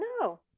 No